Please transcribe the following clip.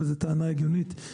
וזו טענה הגיונית,